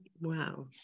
wow